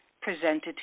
presented